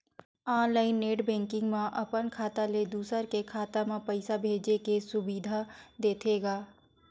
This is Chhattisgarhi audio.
ऑनलाइन नेट बेंकिंग म अपन खाता ले दूसर के खाता म पइसा भेजे के सुबिधा देथे गा